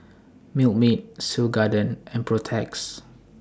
Milkmaid Seoul Garden and Protex